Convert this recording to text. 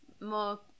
more